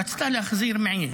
רצתה להחזיר מעיל.